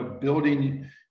building